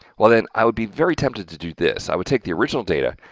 well, then i would be very tempted to do this. i would take the original data,